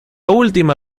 última